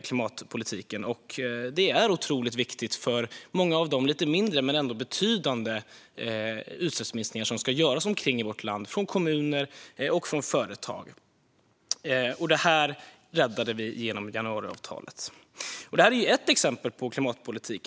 klimatpolitiken, och det är otroligt viktigt för många av de lite mindre men ändå betydande utsläppsminskningar som ska göras runt omkring i vårt land från kommuner och från företag. Det räddade vi genom januariavtalet. Detta är ett exempel på klimatpolitik.